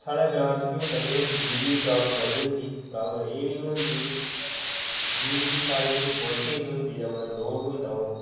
साढ़े ग्रांऽ च केह् होंदा कि बिजली दी प्रॉब्लम बड़ी होंदी प्रॉब्लम एह् निं होंदी कि एह् निं कि साढ़ी जेह्ड़ी वोल्टेज होंदी जां लोड़ होंदा